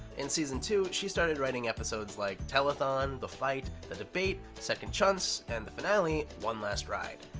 in season two, she started writing episodes like telethon, the fight, the debate, second chunce, and the finale, one last ride.